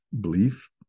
belief